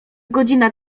godzina